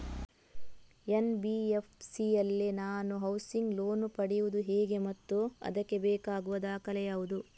NBFC ಯಲ್ಲಿ ನಾನು housing loan ಪಡೆಯುದು ಹೇಗೆ ಮತ್ತು ಅದಕ್ಕೆ ಬೇಕಾಗುವ ದಾಖಲೆ ಯಾವುದು?